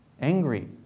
angry